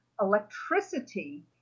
electricity